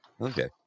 Okay